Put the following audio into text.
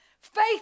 Faith